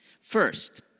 First